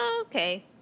Okay